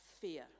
fear